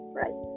right